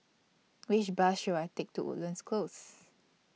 Which Bus should I Take to Woodlands Close